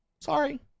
Sorry